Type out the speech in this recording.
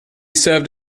serves